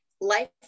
life